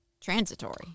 transitory